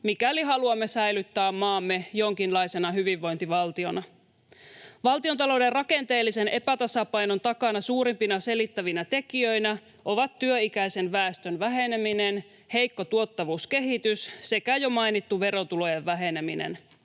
mikäli haluamme säilyttää maamme jonkinlaisena hyvinvointivaltiona. Valtiontalouden rakenteellisen epätasapainon takana suurimpina selittävinä tekijöinä ovat työikäisen väestön väheneminen, heikko tuottavuuskehitys sekä jo mainittu verotulojen väheneminen.